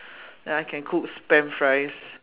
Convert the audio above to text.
ya I can cook spam fries